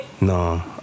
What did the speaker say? No